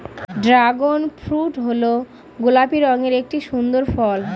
dragon fruit হল গোলাপি রঙের একটি সুন্দর ফল